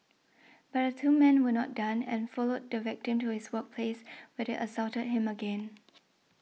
but the two men were not done and followed the victim to his workplace where they assaulted him again